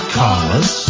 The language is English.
cars